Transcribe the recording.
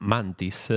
Mantis